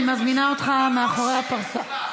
אני מזמינה אותך לפרסה מאחור.